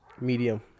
medium